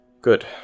Good